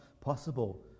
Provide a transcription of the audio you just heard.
possible